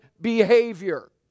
behavior